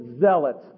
zealots